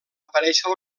aparèixer